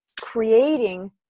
creating